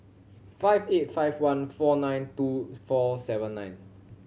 five eight five one four nine two four seven nine